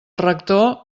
rector